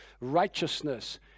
Righteousness